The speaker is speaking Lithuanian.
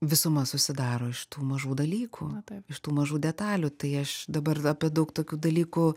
visuma susidaro iš tų mažų dalykų iš tų mažų detalių tai aš dabar apie daug tokių dalykų